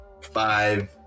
five